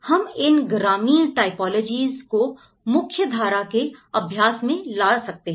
हम इन ग्रामीण टाइपोलॉजी को मुख्यधारा के अभ्यास में ला सकते हैं